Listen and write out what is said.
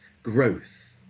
Growth